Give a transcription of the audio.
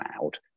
cloud